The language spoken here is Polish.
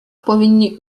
powinni